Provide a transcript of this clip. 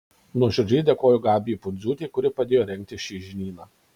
nuoširdžiai dėkoju gabijai pundziūtei kuri padėjo rengti šį žinyną